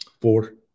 Four